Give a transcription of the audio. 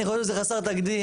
אני חושב שזה חסר תקדים,